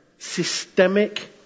Systemic